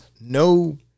no